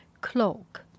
cloak